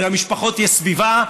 ולמשפחות יש סביבה,